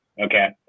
Okay